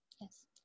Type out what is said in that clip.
yes